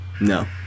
No